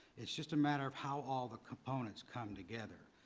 it is just a matter of how all the components come together.